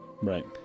Right